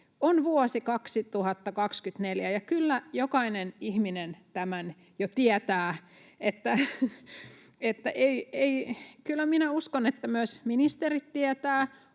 on vuosi 2024 ja kyllä jokainen ihminen tämän jo tietää — kyllä minä uskon, että myös ministerit tietävät,